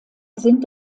sind